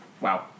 Wow